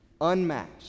unmatched